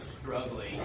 struggling